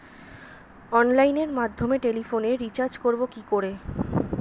অনলাইনের মাধ্যমে টেলিফোনে রিচার্জ করব কি করে?